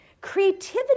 Creativity